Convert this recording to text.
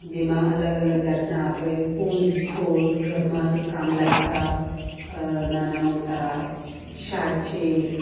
જેમાં અલગ અલગ જાતનાં આપણે ફૂલ છોડ ઘરમાં કામ લાગતાં નાના મોટાં શાક છે